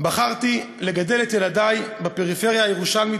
בחרתי לגדל את ילדי בפריפריה הירושלמית,